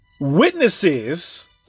witnesses